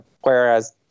Whereas